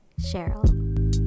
Cheryl